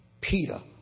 Peter